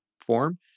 form